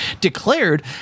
declared